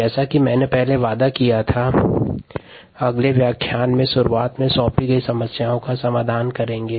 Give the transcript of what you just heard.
जैसा कि मैंने पहले वादा किया गया था अगले व्याख्यान की शुरुआत में सौंपी गई समस्याओं का समाधान करेंगे